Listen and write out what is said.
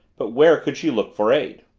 but where could she look for aid?